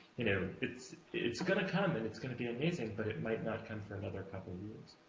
you know it's it's gonna come and it's gonna be amazing, but it might not come for another couple years.